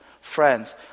Friends